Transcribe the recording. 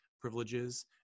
privileges